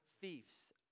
thieves